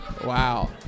Wow